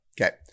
okay